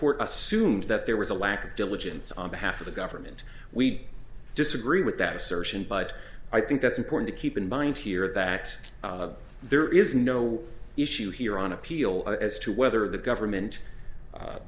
court assumed that there was a lack of diligence on behalf of the government we disagree with that assertion but i think that's important to keep in mind here that there is no issue here on appeal as to whether the government